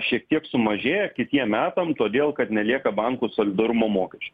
šiek tiek sumažėja kitiem metam todėl kad nelieka bankų solidarumo mokesčio